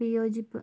വിയോജിപ്പ്